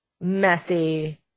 messy